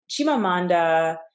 Chimamanda